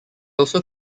also